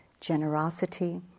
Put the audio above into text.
generosity